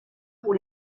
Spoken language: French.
pour